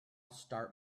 start